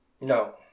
No